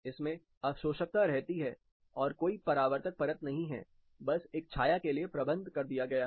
इसमें अवशोषकता रहती है और कोई परावर्तक परत नहीं है बस एक छाया के लिए प्रबंध कर दिया गया है